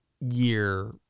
year